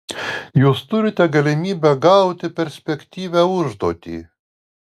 jūs turite galimybę gauti perspektyvią užduoti